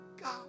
God